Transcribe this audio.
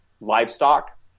livestock